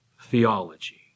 theology